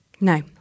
no